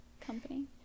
company